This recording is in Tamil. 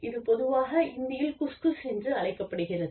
இது பொதுவாக இந்தியில் குஸ் குஸ் என்று அழைக்கப்படுகிறது